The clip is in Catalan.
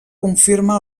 confirma